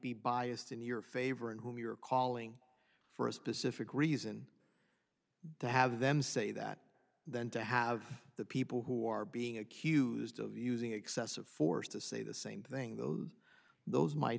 be biased in your favor and whom you're calling for a specific reason the have them say that than to have the people who are being accused of using excessive force to say the same thing though those might